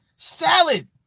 Salad